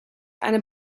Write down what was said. eine